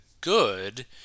good